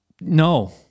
No